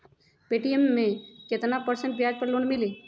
Paytm मे केतना percent ब्याज पर लोन मिली?